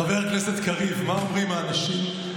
חבר הכנסת קריב, מה אומרים האנשים?